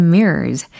Mirrors